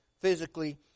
physically